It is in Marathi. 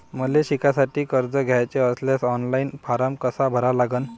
मले शिकासाठी कर्ज घ्याचे असल्यास ऑनलाईन फारम कसा भरा लागन?